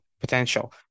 potential